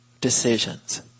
decisions